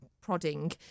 prodding